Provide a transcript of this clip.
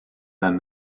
than